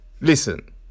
listen